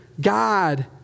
God